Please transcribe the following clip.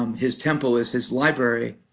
um his temple is his library.